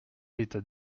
l’état